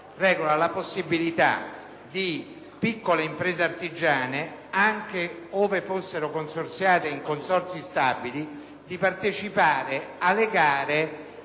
Esso regola la possibilità di piccole imprese artigiane, anche in caso fossero consorziate in consorzi stabili, di partecipare alle gare